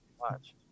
Watch